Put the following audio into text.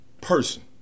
person